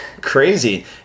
crazy